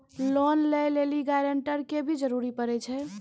Loan लै लेली guarantor के भी जरूरी पड़ै छै?